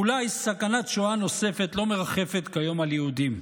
אולי סכנת שואה נוספת לא מרחפת כיום על יהודים,